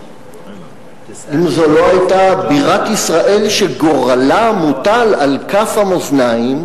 אם זו לא היתה בירת ישראל שגורלה מוטל על כף המאזניים,